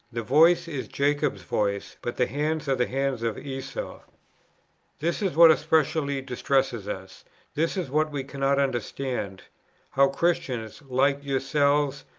the voice is jacob's voice, but the hands are the hands of esau this is what especially distresses us this is what we cannot understand how christians, like yourselves,